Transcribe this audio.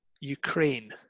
Ukraine